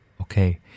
Okay